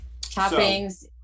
Toppings